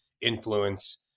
influence